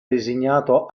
designato